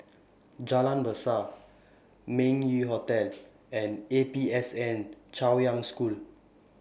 Jalan Berseh Meng Yew Hotel and A P S N Chaoyang School